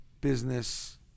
business